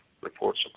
reports